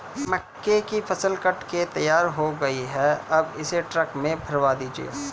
मक्के की फसल कट के तैयार हो गई है अब इसे ट्रक में भरवा दीजिए